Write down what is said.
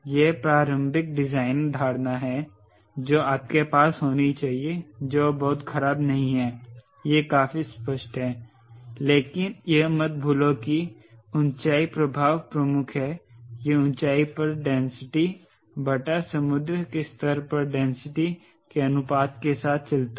यह प्रारंभिक डिजाइन धारणा है जो आपके पास होनी चाहिए जो बहुत खराब नहीं है यह काफी स्पष्ट है लेकिन यह मत भूलो कि ऊंचाई प्रभाव प्रमुख हैं यह ऊंचाई पर डेंसिटी बटा समुद्र के स्तर पर डेंसिटी के अनुपात के साथ चलता है